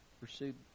pursued